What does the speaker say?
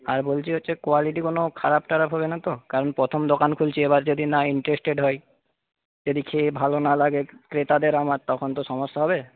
আর বলছি হচ্ছে কোয়ালিটি কোন খারাপটারাপ হবে না তো কারণ প্রথম দোকান খুলছি এবার যদি না ইন্টারেস্টেড হয় যদি খেয়ে ভালো না লাগে ক্রেতাদের আমার তখন তো সমস্যা হবে